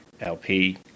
LP